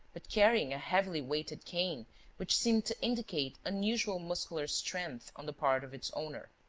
but carrying a heavily-weighted cane which seemed to indicate unusual muscular strength on the part of its owner.